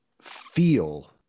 feel